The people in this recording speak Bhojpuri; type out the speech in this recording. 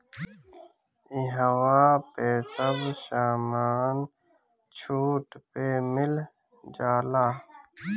इहवा पे सब समान छुट पे मिल जाला